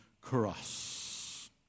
cross